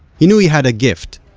he knew he had a gift,